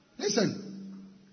listen